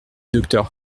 docteur